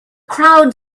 crowd